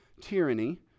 tyranny